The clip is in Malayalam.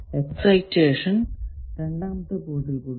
എക്സൈറ്റഷൻ രണ്ടാമത്തെ പോർട്ടിൽ കൊടുക്കുക